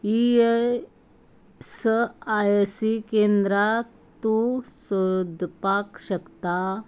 ESIC केंद्रां तूं सोदपाक शकता